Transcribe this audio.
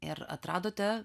ir atradote